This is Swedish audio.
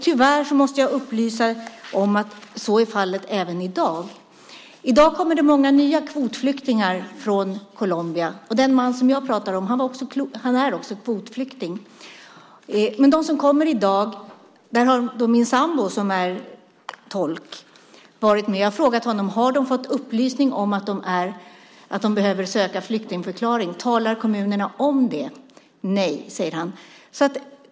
Tyvärr måste jag upplysa om att fallet är så även i dag. I dag kommer många nya kvotflyktingar från Colombia. Den man som jag pratar om är också kvotflykting. Min sambo som är tolk har varit med och tagit emot många av dem som kommer i dag. Jag har frågat honom om de har fått upplysning om att de behöver söka flyktingförklaring och om kommunerna talar om der. Nej, säger han.